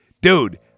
Dude